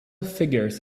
figures